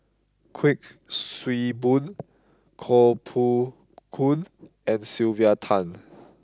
Kuik Swee Boon Koh Poh Koon and Sylvia Tan